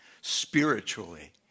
Spiritually